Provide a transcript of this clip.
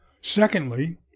Secondly